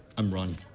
i'm ronny.